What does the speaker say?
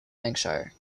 lanarkshire